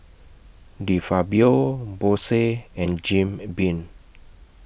De Fabio Bose and Jim Beam